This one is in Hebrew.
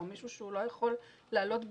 או מישהו שלא יכול לעלות ב"זום",